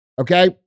okay